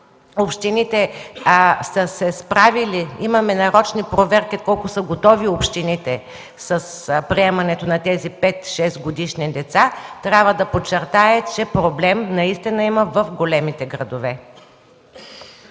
Общините са се справили. Имаме нарочни проверки доколко са готови общините с приемането на тези пет-шестгодишни деца. Искам да подчертая, че проблем наистина има в големите градове.